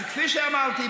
אז כפי שאמרתי,